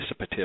participative